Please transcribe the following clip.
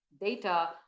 data